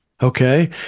Okay